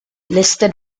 listed